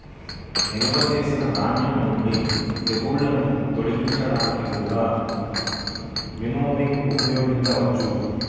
నిల్వ చేసిన ధాన్యం నుండి తెగుళ్ళను తొలగించడానికి కూడా వినోవింగ్ ఉపయోగించవచ్చు